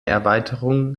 erweiterung